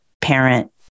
parent